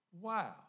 Wow